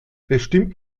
bestimmt